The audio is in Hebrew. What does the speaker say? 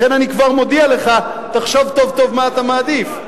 לכן אני כבר מודיע לך: תחשוב טוב-טוב מה אתה מעדיף.